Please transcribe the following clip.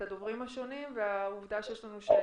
שלום.